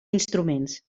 instruments